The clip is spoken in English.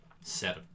set